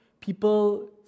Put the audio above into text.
people